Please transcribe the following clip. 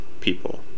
people